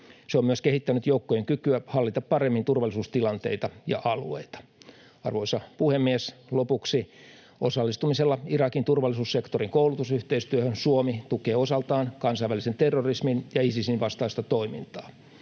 Se on myös kehittänyt joukkojen kykyä hallita paremmin turvallisuustilanteita ja -alueita. Arvoisa puhemies! Lopuksi: Osallistumisella Irakin turvallisuussektorin koulutusyhteistyöhön Suomi tukee osaltaan kansainvälisen terrorismin ja Isisin vastaista toimintaa.